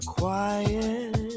Quiet